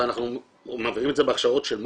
ואנחנו מעבירים את זה בהכשרות של מד"א,